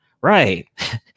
right